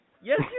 Yes